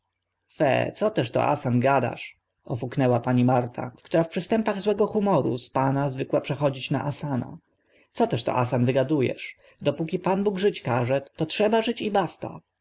fe co też to asan gadasz ofuknęła go pani marta która w przystępach złego humoru z pana zwykle przechodzi na asana co też to asan wygadu esz dopóki pan bóg żyć każe to trzeba żyć i basta